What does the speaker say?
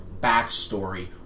backstory